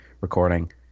recording